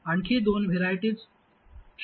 आणखी दोन व्हेरायटीज शक्य आहेत